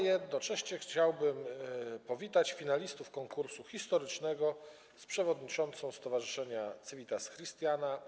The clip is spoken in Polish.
Jednocześnie chciałbym powitać finalistów konkursu historycznego z przewodniczącą stowarzyszenia „Civitas Christiana”